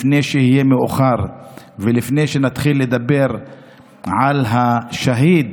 לפני שיהיה מאוחר ולפני שנתחיל לדבר על השהיד